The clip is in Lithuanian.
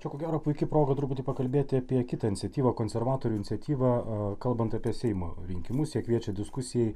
čia ko gero puiki proga truputį pakalbėti apie kitą iniciatyvą konservatorių iniciatyvą kalbant apie seimo rinkimus jie kviečia diskusijai